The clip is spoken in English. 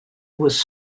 was